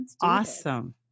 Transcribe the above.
Awesome